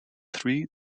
three